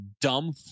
dumb